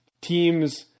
teams